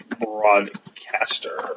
broadcaster